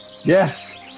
Yes